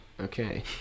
Okay